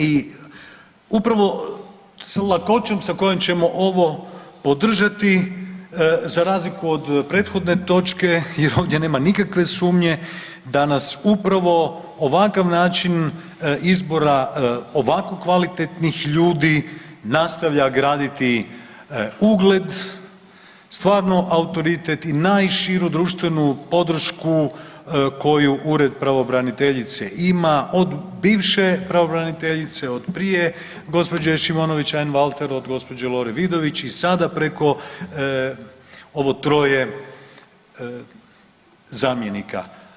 I upravo sa lakoćom sa kojom ćemo ovo podržati za razliku od prethodne točke jer ovdje nema nikakve sumnje da nas upravo ovakav način izbora ovako kvalitetnih ljudi nastavlja graditi ugled, stvarno autoritet i najširu društvenu podršku koju Ured pravobraniteljice ima od bivše pravobraniteljice od prije gospođe Šimonović Einwalter, od gospođe Lore Vidović i sada preko ovo troje zamjenika.